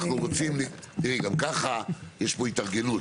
גם ככה יש פה התארגנות,